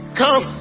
come